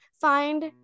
find